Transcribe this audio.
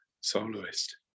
soloist